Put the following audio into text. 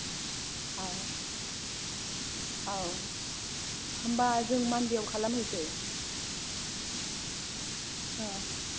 औ औ होनबा जों मान्डे आव खालामहैसै औ